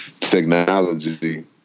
Technology